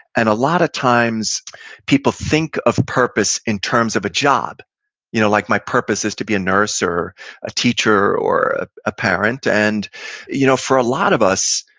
and a lot of times people think of a purpose in terms of a job you know like, my purpose is to be a nurse or a teacher or a a parent. and you know for a lot of us,